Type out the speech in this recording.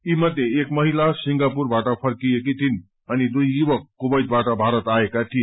यी मधे एक महिला सिंगापुरबाट फर्किएकी थिईन् अनि दुई युवक कुवैतबाट भारत आएका थिए